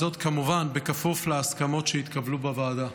זאת, כמובן, בכפוף להסכמות שיתקבלו בוועדה.